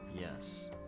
yes